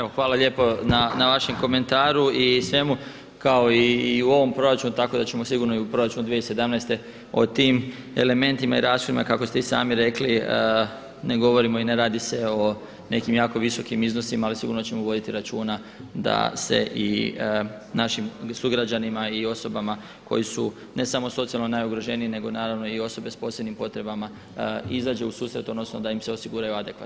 Evo hvala lijepo na vašem komentaru i svemu kao i u ovom proračunu, tako da ćemo sigurno i u proračunu 2017. o tim elementima i rashodima kako ste i sami rekli ne govorimo i ne radi se o nekim jako visokim iznosima, ali sigurno ćemo voditi računa da se i našim sugrađanima i osobama koji su ne samo socijalno najugroženiji nego naravno i osobe sa posebnim potrebama izađe u susret, odnosno da im se osiguraju adekvatna sredstva.